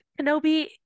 kenobi